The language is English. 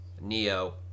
Neo